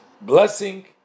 Blessing